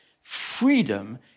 freedom